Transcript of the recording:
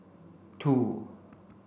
two